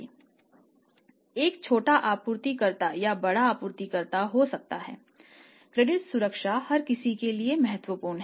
एक छोटा आपूर्तिकर्ता या बड़ा आपूर्तिकर्ता हो सकता है क्रेडिट सुरक्षा हर किसी के लिए महत्वपूर्ण है